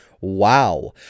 Wow